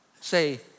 say